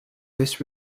this